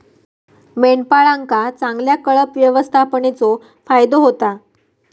मेंढपाळांका चांगल्या कळप व्यवस्थापनेचो फायदो होता